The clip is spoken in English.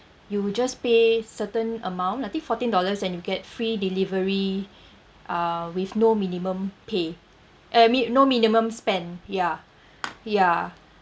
you just pay certain amount I think fourteen dollars and you get free delivery uh with no minimum pay uh mi~ no minimum spend ya ya